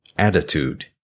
Attitude